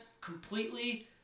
completely